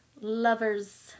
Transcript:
lovers